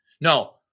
no